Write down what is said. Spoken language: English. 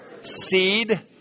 seed